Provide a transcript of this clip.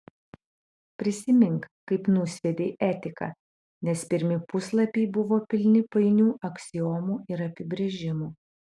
prisimink kaip nusviedei etiką nes pirmi puslapiai buvo pilni painių aksiomų ir apibrėžimų